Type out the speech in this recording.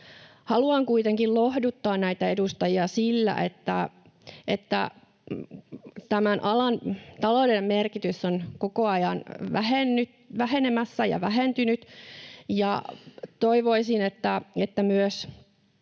Haluan kuitenkin lohduttaa näitä edustajia sillä, että tämän alan taloudellinen merkitys on koko ajan vähenemässä ja vähentynyt, ja toivoisin, että myös